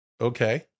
Okay